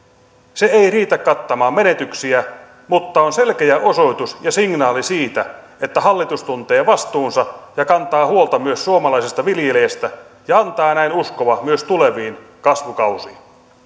se ei riitä kattamaan menetyksiä mutta on selkeä osoitus ja signaali siitä että hallitus tuntee vastuunsa ja kantaa huolta myös suomalaisesta viljelijästä ja antaa näin uskoa myös tuleviin kasvukausiin